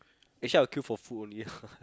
actually I will queue for food only ah